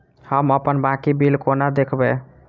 हम अप्पन बाकी बिल कोना देखबै?